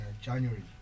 January